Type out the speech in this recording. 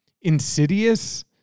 insidious